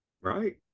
Right